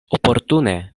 oportune